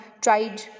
tried